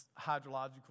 hydrological